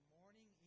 morning